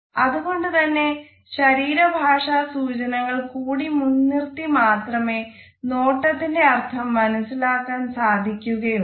അതുകൊണ്ട് തന്നെ ശരീര ഭാഷാ സൂചനകൾ കൂടി മുൻ നിർത്തി മാത്രമേ നോട്ടത്തിന്റെ അർഥം മനസ്സിലാക്കാൻ സാധിക്കുകയുള്ളൂ